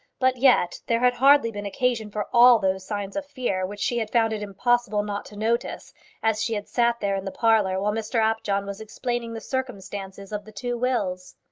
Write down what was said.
but yet there had hardly been occasion for all those signs of fear which she had found it impossible not to notice as she had sat there in the parlour while mr apjohn was explaining the circumstances of the two wills.